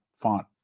font